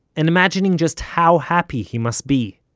and imagining just how happy he must be.